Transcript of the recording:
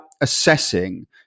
assessing